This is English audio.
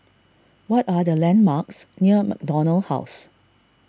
what are the landmarks near MacDonald House